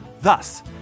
Thus